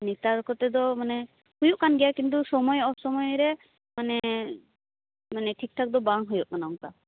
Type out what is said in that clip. ᱱᱮᱛᱟᱨ ᱠᱚᱛᱮ ᱫᱚ ᱢᱟᱱᱮ ᱦᱩᱭᱩᱜ ᱠᱟᱱ ᱜᱮᱭᱟ ᱠᱤᱱᱛᱩ ᱥᱚᱢᱚᱭ ᱚ ᱥᱚᱢᱚᱭ ᱨᱮ ᱢᱟᱱᱮ ᱢᱟᱱᱮ ᱴᱷᱤᱠ ᱴᱷᱟᱠ ᱫᱚ ᱵᱟᱝ ᱦᱩᱭᱩᱜ ᱠᱟᱱᱟ ᱚᱱᱠᱟ